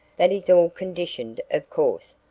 that is all conditioned, of course,